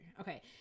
okay